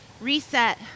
reset